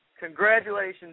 congratulations